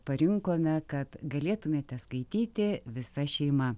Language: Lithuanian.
parinkome kad galėtumėte skaityti visa šeima